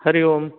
Hari Om